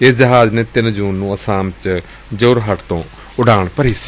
ਇਸ ਜਹਾਜ਼ ਨੇ ਤਿੰਨ ਜੁਨ ਨੂੰ ਆਸਾਮ ਚ ਜੋਰਹੱਟ ਤੋਂ ਉਡਾਣ ਭਰੀ ਸੀ